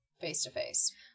face-to-face